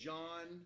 John